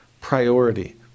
priority